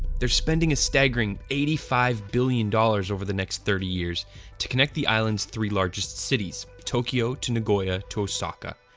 they're spending a staggering eighty five billion dollars over the next thirty years to connect the island's three largest cities tokyo to nagoya to osaka.